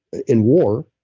in war,